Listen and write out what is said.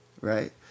right